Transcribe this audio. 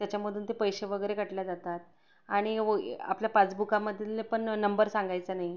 त्याच्यामधून ते पैसे वगैरे काटले जातात आणि होय आपल्या पासबुकामधले पण नंबर सांगायचा नाही